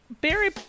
Barry